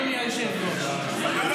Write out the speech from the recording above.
אדוני היושב-ראש ------ אבל,